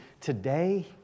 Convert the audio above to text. today